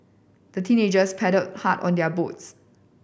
the teenagers paddled hard on their boats